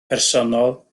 personol